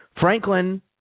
Franklin